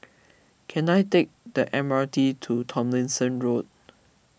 can I take the M R T to Tomlinson Road